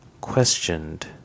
questioned